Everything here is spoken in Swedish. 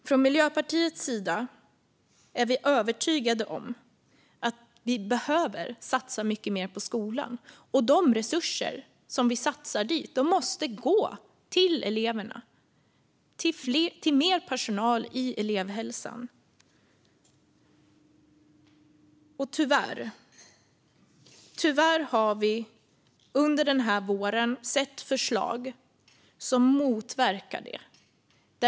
Från Miljöpartiets sida är vi övertygade om att vi behöver satsa mycket mer på skolan. Och de resurser som vi satsar där måste gå till eleverna och till mer personal i elevhälsan. Tyvärr har vi under den här våren sett förslag som motverkar det.